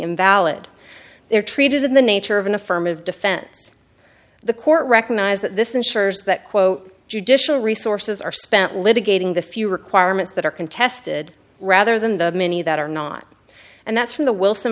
invalid they are treated in the nature of an affirmative defense the court recognize that this ensures that quote judicial resources are spent litigating the few requirements that are contested rather than the many that are not and that's from the wilson